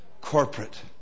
corporate